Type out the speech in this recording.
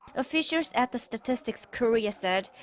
officials at the statistics korea said.